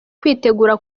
kwitegura